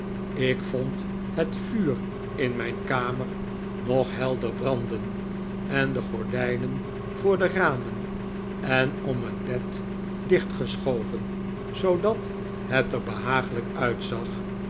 ik vond het vuur in mijn kamer nog helder branden en de gordijnen voor de ramen en om het bed dichtgeschoven zoodat het er behaaglijk uitzag